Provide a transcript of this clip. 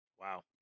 Wow